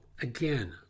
Again